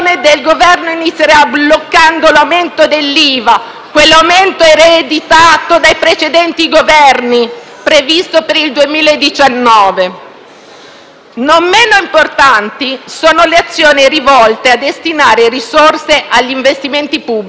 Non meno importanti sono le azioni rivolte a destinare risorse agli investimenti pubblici, leva fondamentale per la crescita del nostro Paese.